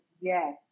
Yes